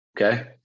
Okay